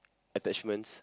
attachments